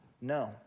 No